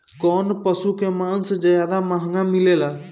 कौन पशु के मांस ज्यादा महंगा मिलेला?